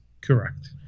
Correct